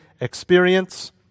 experience